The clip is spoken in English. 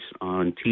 on